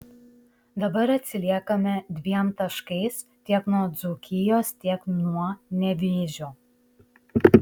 dabar atsiliekame dviem taškais tiek nuo dzūkijos tiek nuo nevėžio